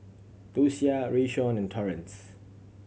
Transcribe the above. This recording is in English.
Docia Rayshawn and Torrence